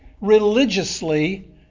religiously